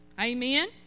Amen